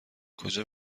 کجا